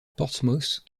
portsmouth